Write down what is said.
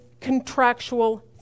contractual